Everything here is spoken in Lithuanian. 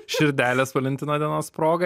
širdelės valentino dienos proga